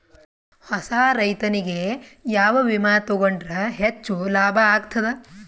ಹೊಸಾ ರೈತನಿಗೆ ಯಾವ ವಿಮಾ ತೊಗೊಂಡರ ಹೆಚ್ಚು ಲಾಭ ಆಗತದ?